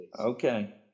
Okay